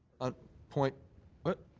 on point what?